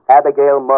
Abigail